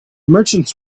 merchants